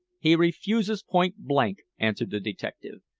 he refuses point-blank, answered the detective.